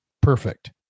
perfect